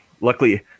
luckily